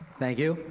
thank you.